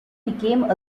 became